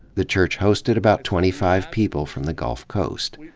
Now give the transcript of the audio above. the church hosted about twenty five people from the gulf coast.